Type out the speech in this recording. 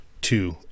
two